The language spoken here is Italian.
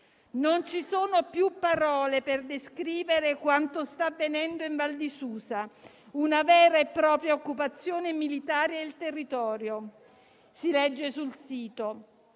Non ci sono più parole per descrivere quanto sta avvenendo in Val di Susa, una vera e propria occupazione militare del territorio, si legge sul sito.